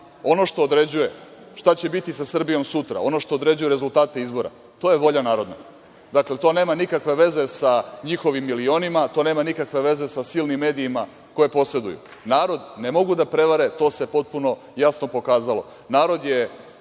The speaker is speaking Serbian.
Ono što određuje šta će biti sa Srbijom sutra, ono što određuje rezultate izbora, to je volja narodna. Dakle, to nema nikakve veze sa njihovim milionima, to nema nikakve veze sa silnim medijima koje poseduju. Narod ne mogu da prevare, to se potpuno jasno pokazalo. Narod je